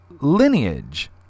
lineage